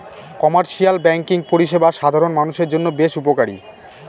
commercial banking পরিষেবা সাধারণ মানুষের জন্য বেশ উপকারী